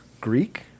Greek